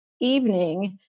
evening